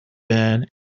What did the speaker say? been